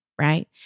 right